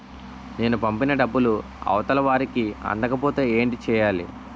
నేను పంపిన డబ్బులు అవతల వారికి అందకపోతే ఏంటి చెయ్యాలి?